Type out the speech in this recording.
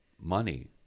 money